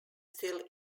still